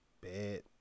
Bad